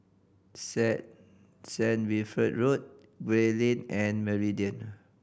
Saint Saint Wilfred Road Gray Lane and Meridian